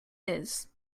his